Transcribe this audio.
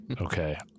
Okay